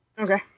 Okay